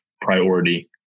priority